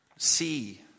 See